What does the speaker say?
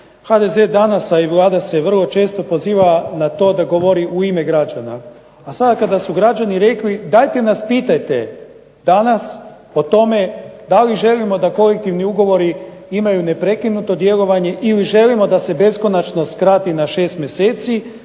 HDZ danas, a i Vlada se vrlo često poziva na to da govori u ime građana, a sada kada su građani rekli dajte nas pitajte danas o tome da li želimo da kolektivni ugovori imaju neprekinuto djelovanje ili želimo da se beskonačnost skrati na 6 mjeseci